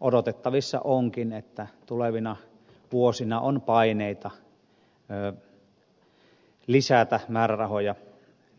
odotettavissa onkin että tulevina vuosina on paineita lisätä määrärahoja